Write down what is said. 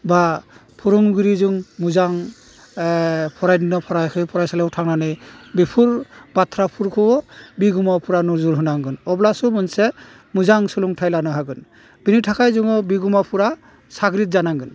बा फोरोंगिरिजों मोजां फरायदोंना फरायाखै फरायसालियाव थांनानै बेफोर बाथ्राफोरखौ बिगोमाफ्रा नोजोर होनांगोन अब्लासो मोनसे मोजां सोलोंथाइ लानो हागोन बेनि थाखाय जोङो बिगोमाफ्रा साग्रिद जानांगोन